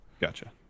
Gotcha